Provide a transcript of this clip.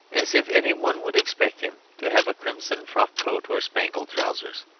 as if any one would expect him to have a crimson frock coat or spangled trousers.